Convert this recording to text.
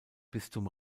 bistum